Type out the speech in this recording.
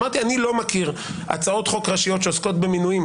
אמרתי שאני לא מכיר הצעות חוק ראשיות שעוסקות במינויים,